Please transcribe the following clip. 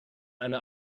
eine